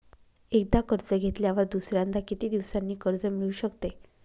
एकदा कर्ज घेतल्यावर दुसऱ्यांदा किती दिवसांनी कर्ज मिळू शकते?